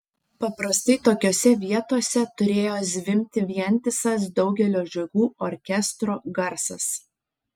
paprastai tokiose vietose turėjo zvimbti vientisas daugelio žiogų orkestro garsas